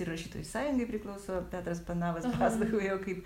ir rašytojų sąjungai priklauso petras panavas pasakojo kaip